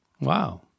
Wow